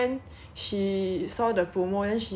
she saw the promo then she go buy